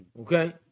Okay